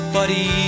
Buddy